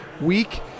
week